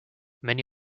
many